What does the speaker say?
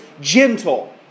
gentle